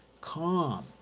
calm